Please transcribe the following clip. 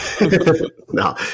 No